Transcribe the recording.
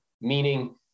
meaning